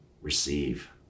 receive